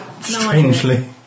Strangely